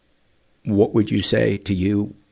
what would you say to you,